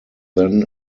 then